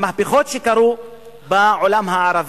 המהפכות שקרו בעולם הערבי.